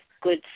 good